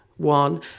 one